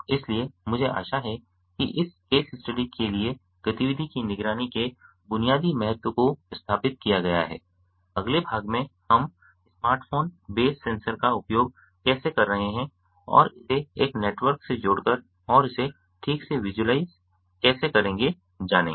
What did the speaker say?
इसलिए मुझे आशा है कि इस केस स्टडी के लिए गतिविधि की निगरानी के बुनियादी महत्व को स्थापित किया गया है अगले भाग में हम स्मार्टफोन बेस सेंसर का उपयोग कैसे कर रहे हैं और इसे एक नेटवर्क से जोड़कर और इसे ठीक से विज़ुअलाइज़ कैसे करते हैं जानेंगे